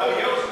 האריה או הזבוב?